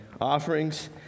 offerings